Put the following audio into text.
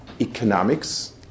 economics